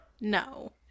No